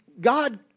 God